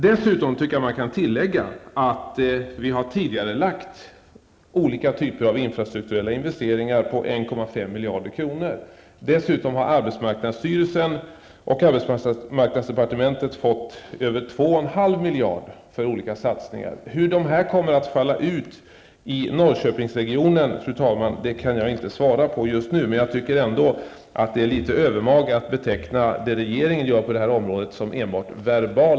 Jag tycker att man kan tillägga att vi har tidigarelagt olika typer av infrastrukturella investeringar på 1,5 miljarder kronor. Dessutom har arbetsmarknadsstyrelsen och arbetsmarknadsdepartementet fått över 2,5 miljarder kronor för olika satsningar. Hur det kommer att falla ut i Norrköpingsregionen kan jag inte, fru talman, svara på just nu, men jag tycker ändå att det är litet övermaga att beteckna regeringens aktivitet på det här området som enbart verbal.